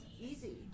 easy